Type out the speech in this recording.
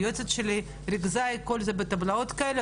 היועצת שלי ריכזה את כל זה בטבלאות כאלה,